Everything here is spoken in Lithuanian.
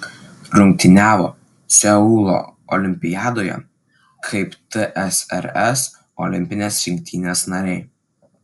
rungtyniavo seulo olimpiadoje kaip tsrs olimpinės rinktinės nariai